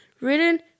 Written